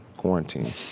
quarantine